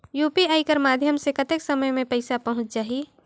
UPI कर माध्यम से कतेक समय मे पइसा पहुंच जाहि?